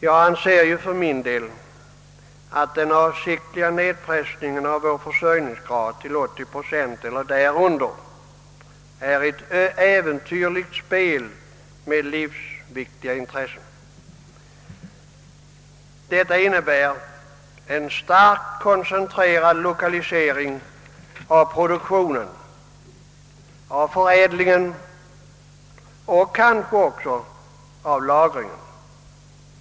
Jag anser för min del att den avsiktliga nedpressningen av vår försörjningsgrad till 80 procent eller därunder är ett äventyrligt spel med livsviktiga intressen. Det innebär en starkt koncentrerad lokalisering av produktionen, av förädlingen och kanske också av lagringen.